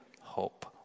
hope